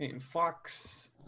Fox